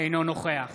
אינו נוכח